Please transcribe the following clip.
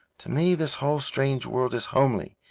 to me this whole strange world is homely,